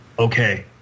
okay